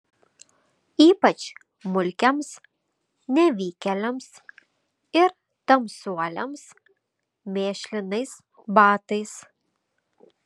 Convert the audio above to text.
ypač mulkiams nevykėliams ir tamsuoliams mėšlinais batais